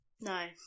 No